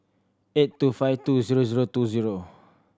eight two five two zero zero two zero